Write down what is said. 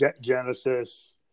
Genesis